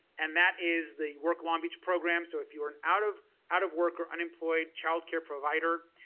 and that is the work long beach program so if you are and out of out of work or unemployed child care provider,